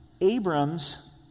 Abram's